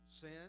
sin